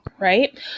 right